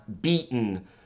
beaten